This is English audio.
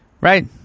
Right